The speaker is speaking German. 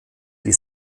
die